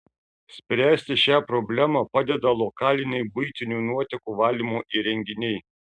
spręsti šią problemą padeda lokaliniai buitinių nuotekų valymo įrenginiai